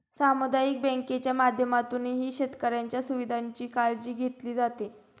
सामुदायिक बँकांच्या माध्यमातूनही शेतकऱ्यांच्या सुविधांची काळजी घेतली जाते